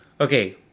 okay